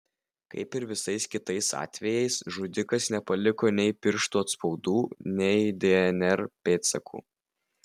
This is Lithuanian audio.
kaip ir visais kitais atvejais žudikas nepaliko nei pirštų atspaudų nei dnr pėdsakų